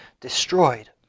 destroyed